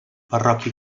parròquia